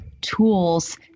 tools